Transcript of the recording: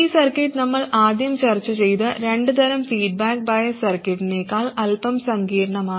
ഈ സർക്യൂട്ട് നമ്മൾ ആദ്യo ചർച്ച ചെയ്ത രണ്ട് തരം ഫീഡ്ബാക്ക് ബയസ് സർക്യൂട്ടിനെക്കാൾ അല്പം സങ്കീർണ്ണമാണ്